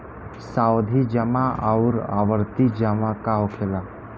सावधि जमा आउर आवर्ती जमा का होखेला?